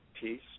peace